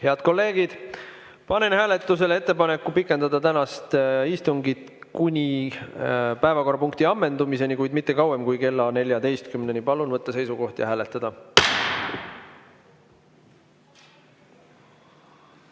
kolleegid, panen hääletusele ettepaneku pikendada tänast istungit kuni päevakorrapunkti ammendumiseni, kuid mitte kauem kui kella 14‑ni. Palun võtta seisukoht ja hääletada!